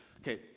okay